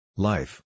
Life